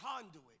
conduit